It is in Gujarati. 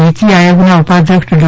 નીતિ આયોગના ઉપાધ્યક્ષ ડો